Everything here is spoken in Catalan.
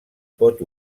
pot